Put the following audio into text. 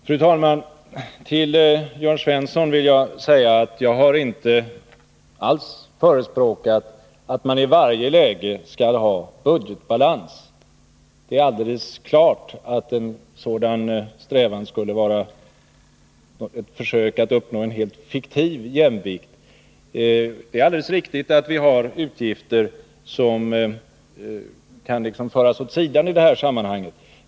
Fru talman! Till Jörn Svensson vill jag säga att jag inte alls har förespråkat att man i varje läge skall ha en balanserad budget. Det är alldeles klart att en sådan strävan skulle vara ett försök att uppnå en helt fiktiv jämvikt. Givetvis finns det utgifter som kan föras åt sidan i det här sammanhanget.